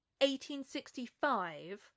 1865